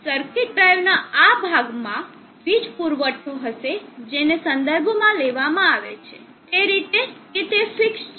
હવે સર્કિટ ડ્રાઇવના આ ભાગમાં વીજ પુરવઠો હશે જેનો સંદર્ભ લેવામાં આવે છે તે રીતે કે તે ફિક્સ છે